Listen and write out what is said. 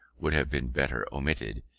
would have been better omitted,